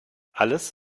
alles